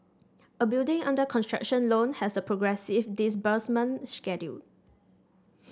a building under construction loan has a progressive disbursement schedule